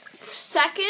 second